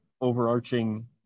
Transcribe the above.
overarching